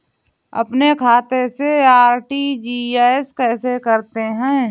अपने खाते से आर.टी.जी.एस कैसे करते हैं?